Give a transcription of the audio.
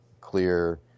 clear